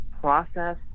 process